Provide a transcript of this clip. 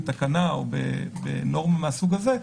בתקנה או בנורמה מהסוג הזה.